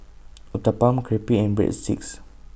Uthapam Crepe and Breadsticks